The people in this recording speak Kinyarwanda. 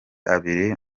abiri